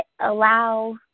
allow